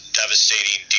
devastating